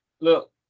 look